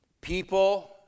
people